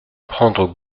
prendre